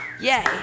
yay